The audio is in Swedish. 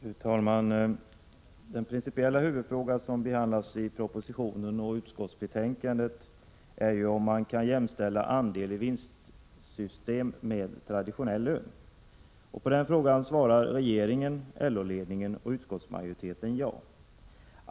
Fru talman! Den principiella huvudfråga som behandlas i propositionen och i utskottsbetänkandet är om man kan jämställa andel i vinst med traditionell lön. På den frågan svarar regeringen, LO-ledningen och utskottsmajoriteten ja.